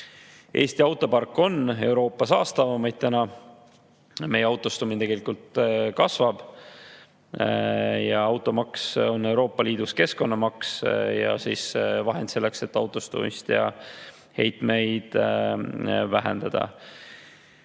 Eesti autopark on Euroopa saastavamaid ja meie autostumine tegelikult kasvab. Automaks on Euroopa Liidus keskkonnamaks ja vahend selleks, et autostumist ja heitmeid vähendada.